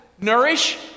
nourish